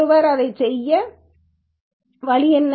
ஒருவர் அதை செய்ய வழி என்ன